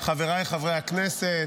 חבריי חברי הכנסת,